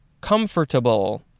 comfortable